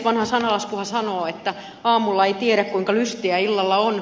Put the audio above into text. vanha sananlaskuhan sanoo että aamulla ei tiedä kuinka lystiä illalla on